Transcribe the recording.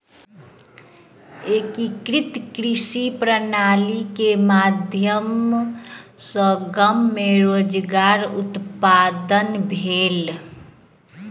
एकीकृत कृषि प्रणाली के माध्यम सॅ गाम मे रोजगार उत्पादन भेल